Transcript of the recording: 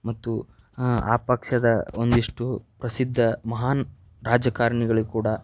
ಮತ್ತು ಆ ಪಕ್ಷದ ಒಂದಿಷ್ಟು ಪ್ರಸಿದ್ಧ ಮಹಾನ್ ರಾಜಕಾರಣಿಗಳಿಗೂ ಕೂಡ